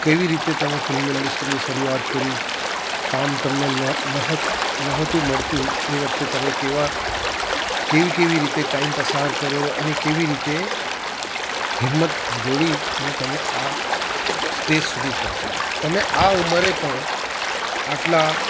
કેવી રીતે તમે ફ્લિમ ઇન્ડસ્ટ્રીની શરૂઆત કરી કામ તમને ન નહત નહોતું મળતું તે વખતે તમે કેવા કેવી કેવી રીતે ટાઈમ પસાર કર્યો અને કેવી રીતે હિમ્મત જોડી અને તમે આ સ્ટેજ સુધી પહોંચ્યા તમે આ ઊંમરે પણ આટલા